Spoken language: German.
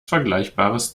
vergleichbares